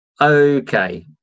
okay